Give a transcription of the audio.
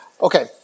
Okay